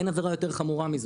אין עבירה יותר חמורה מזו,